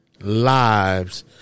lives